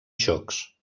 xocs